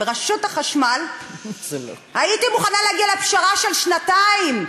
ברשות החשמל הייתי מוכנה להגיע לפשרה של שנתיים.